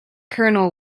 colonel